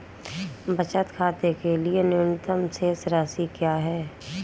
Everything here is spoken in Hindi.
बचत खाते के लिए न्यूनतम शेष राशि क्या है?